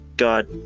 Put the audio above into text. God